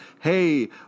Hey